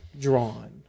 drawn